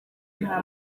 nta